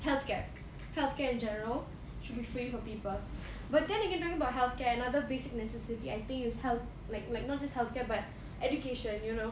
healthcare healthcare in general should be free for people but then again talking about healthcare another basic necessity I think is health like like not just healthcare but education you know